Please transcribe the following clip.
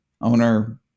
owner